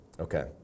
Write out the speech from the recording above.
Okay